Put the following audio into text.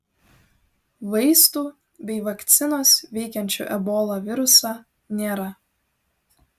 vaistų bei vakcinos veikiančių ebola virusą nėra